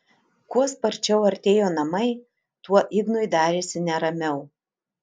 kuo sparčiau artėjo namai tuo ignui darėsi neramiau